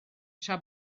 tra